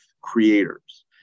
creators